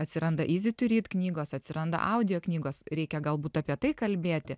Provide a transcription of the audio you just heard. atsiranda izi tu ryd knygos atsiranda audio knygos reikia galbūt apie tai kalbėti